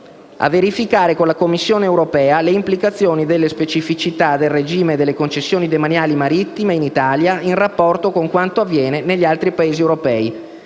«a verificare con la Commissione europea le implicazioni delle specificità del regime delle concessioni demaniali marittime in Italia, in rapporto con quanto avviene negli altri Paesi europei».